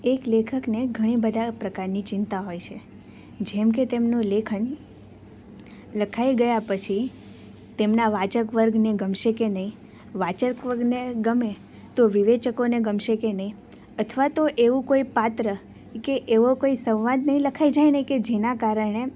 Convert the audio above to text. એક લેખકને ઘણી બધા પ્રકારની ચિંતા હોય છે જેમકે તેમનું લેખન લખાઈ ગયા પછી તેમના વાચક વર્ગને ગમશે કે નહીં વાચક વર્ગને ગમે તો વિવેચકોને ગમશે કે નહીં અથવા તો એવું કોઈ પાત્ર કે એવો કોઈ સંવાદ નહીં લખાઈ જાય ને કે જેનાં કારણે